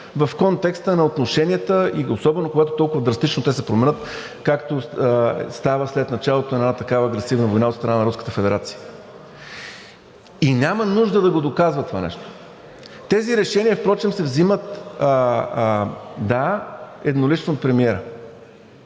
в контекста на отношенията и особено когато толкова драстично те се променят, както става след началото на една такава агресивна война от страна на Руската федерация. И няма нужда да го доказва това нещо. Тези решения впрочем се взимат – да, еднолично от премиера.